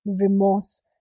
remorse